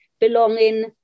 belonging